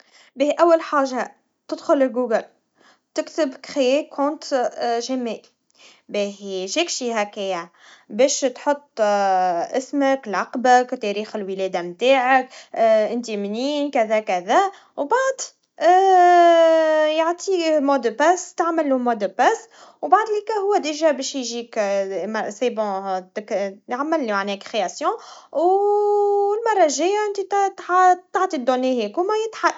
باهي, أول حاجا تدخل الجوجل, تكتب إنشاء حساب جيميل, باهي جاك شي هكا يع- باش تحط, اسمك العقبك, وتاريخ الولادا متاعك, انتا منين, كذا كذا, وبعد يعطي كلمة مرور, تعمله كلمة مرور, بعد الهكا هوا بعد ذلك باش يجيك, سي بو, تيك- معناها اعملو إنشاء, والمرا الجايا انتا تع- تعطي الدلي هيك ويتحل.